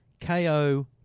KO